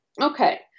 okay